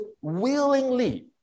willingly